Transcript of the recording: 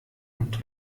und